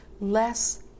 less